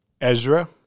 Ezra